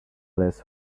less